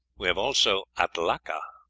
we have also atlaca,